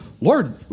Lord